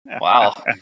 Wow